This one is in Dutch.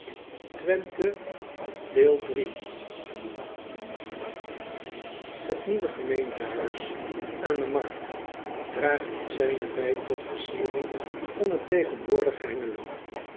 wenthe s welvaart et nieuwe gemeentehuis aan de markt draagt het zijne bij tot versiering van het tegenwoordige engelo